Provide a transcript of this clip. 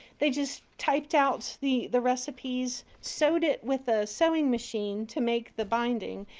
they just typed out the the recipes, sewed it with a sewing machine to make the binding,